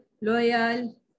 loyal